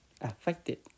affected